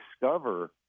discover